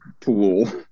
pool